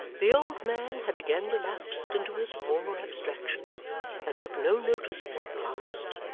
the old man had again relapsed into his former abstraction and took no notice of what passed,